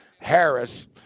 Harris